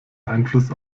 einfluss